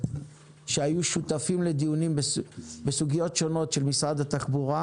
שהיו שותפים לדיונים בסוגיות שונות של משרד התחבורה